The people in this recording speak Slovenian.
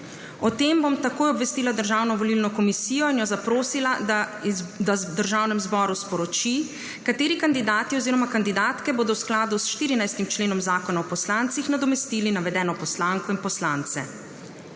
O tem bom takoj obvestila Državno volilno komisijo in jo zaprosila, da Državnemu zboru sporoči, kateri kandidati oziroma kandidatke bodo v skladu s 14. členom Zakona o poslancih nadomestili navedeno poslanko in poslance.